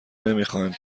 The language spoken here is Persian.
نمیخواهند